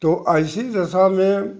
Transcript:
तो ऐसी दशा में